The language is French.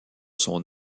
son